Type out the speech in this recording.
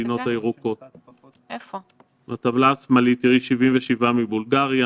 במדינות הירוקות ותראי: 77 מבולגריה,